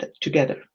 together